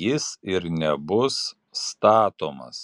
jis ir nebus statomas